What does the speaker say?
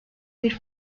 bir